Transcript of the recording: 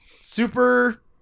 Super